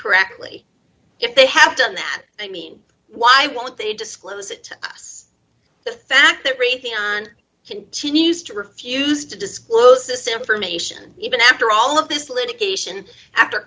correctly if they have done that i mean why won't they disclose it to us the fact that everything on continues ringback to refuse to disclose this information even after all of this litigation after